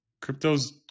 crypto's